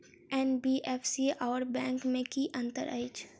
NBFC आओर bank मे की अंतर अछि?